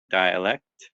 dialect